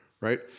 right